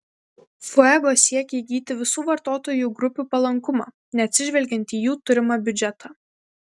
fuego siekė įgyti visų vartotojų grupių palankumą neatsižvelgiant į jų turimą biudžetą